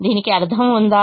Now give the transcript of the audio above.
దీనికి అర్థం ఉందా